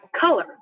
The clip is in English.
color